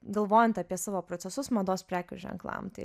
galvojant apie savo procesus mados prekių ženklam tai